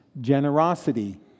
generosity